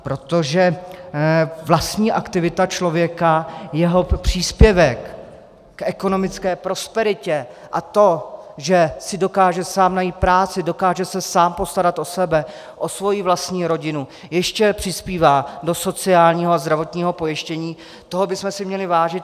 Protože vlastní aktivity člověka, jeho příspěvku k ekonomické prosperitě a to, že si dokáže sám najít práci, dokáže se sám postarat o sebe, o svoji vlastní rodinu, ještě přispívá do sociálního a zdravotního pojištění, toho bychom si měli vážit.